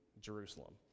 Jerusalem